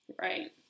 right